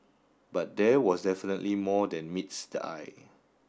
but there was definitely more than meets the eye